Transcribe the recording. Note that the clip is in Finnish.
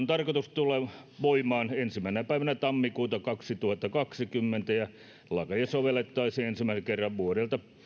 tarkoitus tulla voimaan ensimmäisenä päivänä tammikuuta kaksituhattakaksikymmentä ja lakeja sovellettaisiin ensimmäisen kerran vuodelta